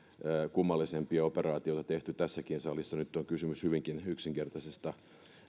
kummallisempia operaatioita tehty tässäkin salissa nyt on kysymys hyvinkin yksinkertaisesta